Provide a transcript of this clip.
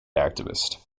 activist